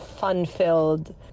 fun-filled